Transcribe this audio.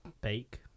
bake